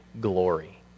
glory